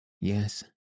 Yes